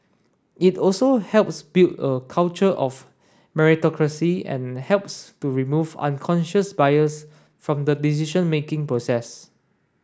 it also helps build a culture of meritocracy and helps to remove unconscious bias from the decision making process